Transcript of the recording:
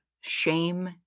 shame